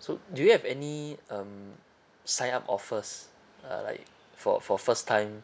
so do you have any um sign up offers uh like for for first time